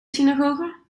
synagoge